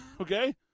Okay